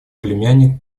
племянник